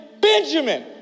Benjamin